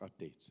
updates